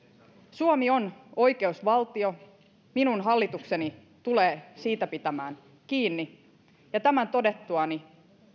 suomi on oikeusvaltio minun hallitukseni tulee siitä pitämään kiinni ja tämän todettuani